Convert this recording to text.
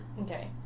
Okay